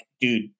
dude